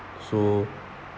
so